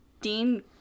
Dean